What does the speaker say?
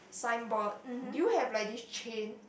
signboard do you have like this chain